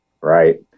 Right